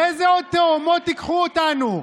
לאיזה עוד תהומות תיקחו אותנו?